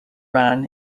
ran